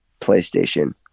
playstation